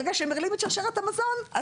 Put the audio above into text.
ברגע שמרעילים את שרשרת המזון,